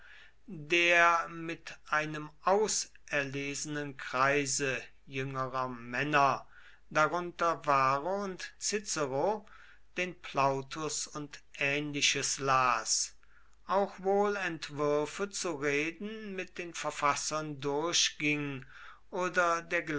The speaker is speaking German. der mit einem auserlesenen kreise jüngerer männer darunter varro und cicero den plautus und ähnliches las auch wohl entwürfe zu reden mit den verfassern durchging oder